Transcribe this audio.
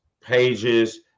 pages